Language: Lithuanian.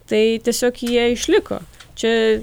tai tiesiog jie išliko čia